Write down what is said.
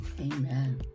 Amen